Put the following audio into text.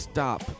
Stop